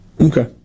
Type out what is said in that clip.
Okay